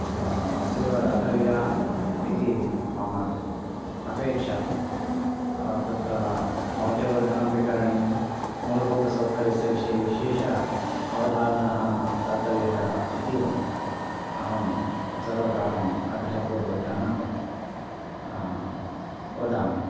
सेवा दातव्या इति मम अपेक्षा तत्र मौल्यवर्धनमपि करणीयं मूलभूतसौकर्यविषये विशेष अवधानः दातव्यः इति अहं सर्वकारम् आग्रहपूर्वकेण वदामि